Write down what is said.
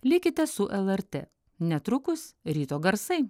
likite su lrt netrukus ryto garsai